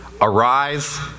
arise